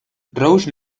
rose